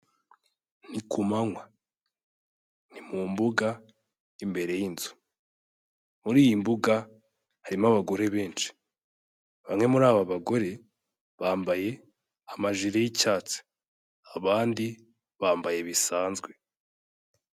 Ni ku manywa, ni mu mbuga imbere y'inzu, muri iyi mbuga harimo abagore benshi, bamwe muri aba bagore bambaye amajire y'icyatsi, abandi bambaye bisanzwe.